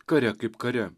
kare kaip kare